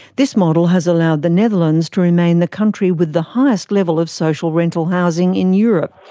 this model has allowed the netherlands to remain the country with the highest level of social rental housing in europe.